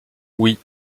oui